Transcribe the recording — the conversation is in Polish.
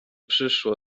przyszło